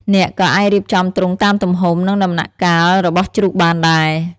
អ្នកក៏អាចរៀបចំទ្រុងតាមទំហំ និងដំណាក់កាលរបស់ជ្រូកបានដែរ។